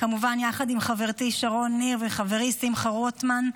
כמובן יחד עם חברתי שרון ניר וחברי שמחה רוטמן,